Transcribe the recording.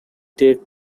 take